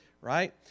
right